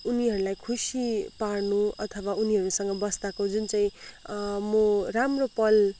उनीहरूलाई खुसी पार्नु अथवा उनीहरूसँग बस्दाको जुन चाहिँ म राम्रो पलहरू हुन्छ